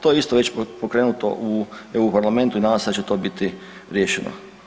To je isto već pokrenuto u EU parlamentu i nadam se da će to biti riješeno.